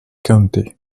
county